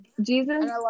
Jesus